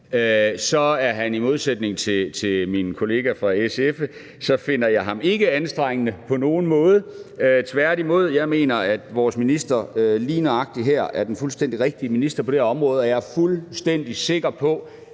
ikke – i modsætning til min kollega fra SF – anstrengende på nogen måde. Tværtimod mener jeg, at vores minister lige nøjagtig er den fuldstændig rigtige minister på det her område, og jeg er fuldstændig sikker på,